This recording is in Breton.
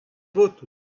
votoù